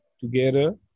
together